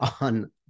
on